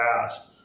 past